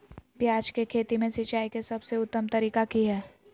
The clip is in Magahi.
प्याज के खेती में सिंचाई के सबसे उत्तम तरीका की है?